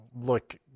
look